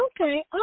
Okay